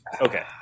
Okay